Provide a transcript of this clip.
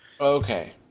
Okay